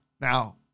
now